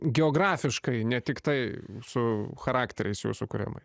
geografiškai ne tiktai su charakteriais jau sukuriamais